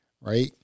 right